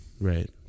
right